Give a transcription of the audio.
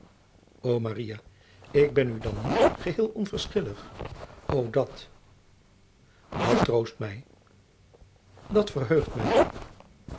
o maria ik ben u dan niet geheel onverschillig o dat dat troost mij dat verheugt mij